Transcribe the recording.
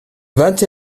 vingt